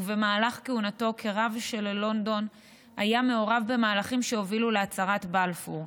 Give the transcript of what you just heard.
ובמהלך כהונתו כרב של לונדון היה מעורב במהלכים שהובילו להצהרת בלפור.